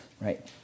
right